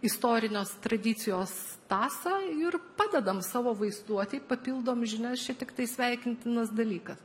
istorinės tradicijos tąsą ir padedam savo vaizduotei papildom žinias čia tiktai sveikintinas dalykas